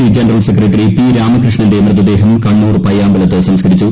C general secretary P രാമകൃഷ്ണന്റെ മൃതദേഹം കണ്ണൂർ പയ്യാമ്പലത്ത് സംസ്കരിച്ചു